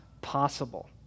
possible